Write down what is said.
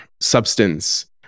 substance